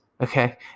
Okay